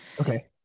Okay